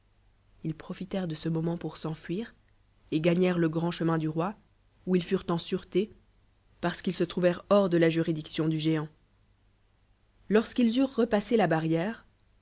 ils profitèrent de ce moment pour s'enfuir et gagnèrent le grand chemin du roi où ils furent en sûreté parce qu'ils se trouvèrent hors de la jnridiction dn géant lorsqn'ils eurent repassé la bar